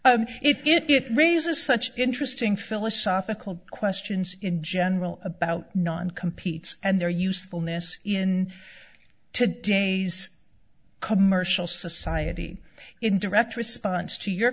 it raises such interesting philosophical questions in general about non competes and their usefulness in today's commercial society in direct response to your